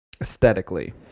Aesthetically